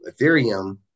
Ethereum